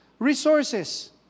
resources